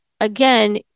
again